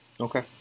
Okay